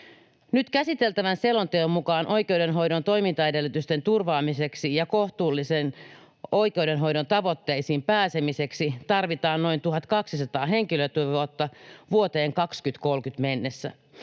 Nyt käsiteltävän selonteon mukaan oikeudenhoidon toimintaedellytysten turvaamiseksi ja kohtuullisiin oikeudenhoidon tavoitteisiin pääsemiseksi tarvitaan noin 1 200 henkilötyövuotta vuoteen 2030 mennessä,